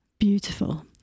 Beautiful